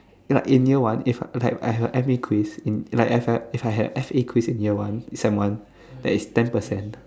its like in year one is like I have I have A_M a quiz in like if I had S a quiz in year one sem one that is ten percent